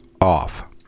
off